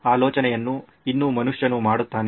ಆಲೋಚನೆಯನ್ನು ಇನ್ನೂ ಮನುಷ್ಯನು ಮಾಡುತ್ತಾನೆ